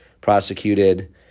prosecuted